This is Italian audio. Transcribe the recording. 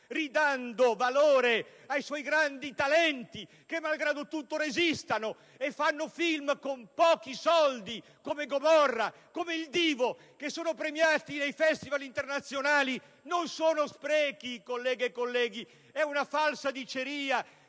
ridando valore ai suoi grandi talenti che malgrado tutto resistono e realizzano *film* con pochi soldi come «Gomorra», come «Il Divo» che sono premiati ai festival internazionali? Non sono sprechi, colleghe e colleghi, questa è una falsa diceria